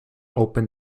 open